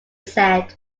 said